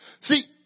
See